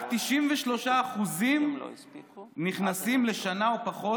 רק 93% נכנסים לכלא לשנה או פחות.